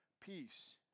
peace